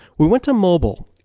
we went to mobile,